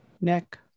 neck